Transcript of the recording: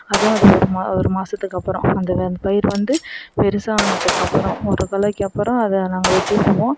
அதுதான் அதுக்கு ஒரு மா ஒரு மாதத்துக்கு அப்புறம் அந்த வ அந்த பயிர் வந்து பெருசாக ஆனதுக்கு அப்புறம் ஒரு களைக்கு அப்புறம் அதை நாங்கள் வெட்டி விடுவோம்